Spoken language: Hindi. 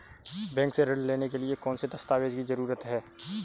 बैंक से ऋण लेने के लिए कौन से दस्तावेज की जरूरत है?